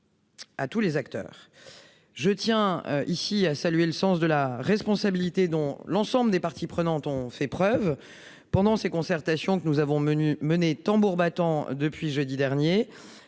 à tous les acteurs. Je tiens, ici, à saluer le sens de la responsabilité dont a fait preuve l'ensemble des parties prenantes, pendant ces concertations que nous avons menées tambour battant depuis jeudi dernier